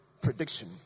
prediction